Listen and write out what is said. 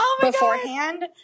beforehand